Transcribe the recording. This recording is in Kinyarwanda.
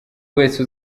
wese